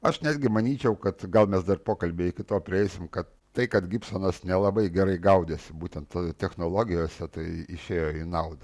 aš netgi manyčiau kad gal mes dar pokalby iki to prieisim kad tai kad gibsonas nelabai gerai gaudėsi būtent technologijose tai išėjo į naudą